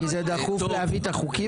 כי זה דחוף להביא את החוקים האלה?